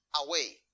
away